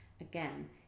again